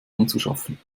anzuschaffen